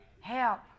Help